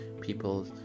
People